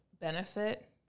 benefit